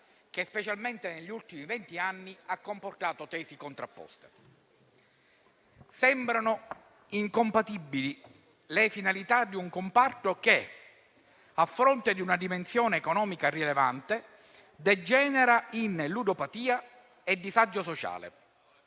che specialmente negli ultimi vent'anni ha comportato tesi contrapposte. Sembrano incompatibili le finalità di un comparto che, a fronte di una dimensione economica rilevante, degenera in ludopatia e disagio sociale